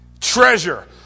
treasure